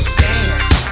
dance